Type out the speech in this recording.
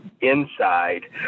inside